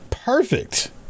Perfect